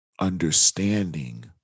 understanding